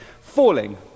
falling